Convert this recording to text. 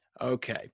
Okay